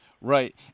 Right